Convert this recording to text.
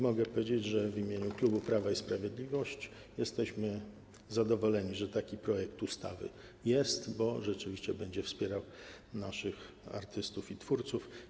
Mogę powiedzieć w imieniu klubu Prawo i Sprawiedliwość, że jesteśmy zadowoleni, że taki projekt ustawy jest, bo rzeczywiście będzie wspierał naszych artystów i twórców.